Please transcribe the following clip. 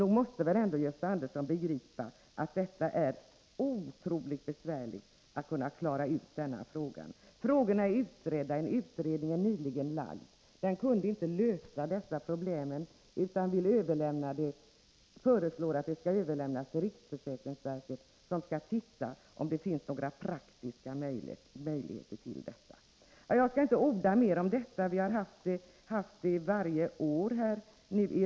Nog måste väl Gösta Andersson begripa att det är otroligt besvärligt att klara ut detta. Frågorna har utretts i en utredning som nyligen lagt fram ett förslag. Utredningen kunde inte lösa dessa problem utan föreslår att ärendet överlämnas till riksförsäkringsverket, som skall undersöka om det finns några praktiska möjligheter till en lösning. Jag skall inte orda mer om detta. Vi har haft frågan uppe i riksdagen varje år nu.